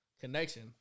connection